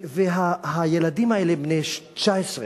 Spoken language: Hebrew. והילדים האלה, בני 19,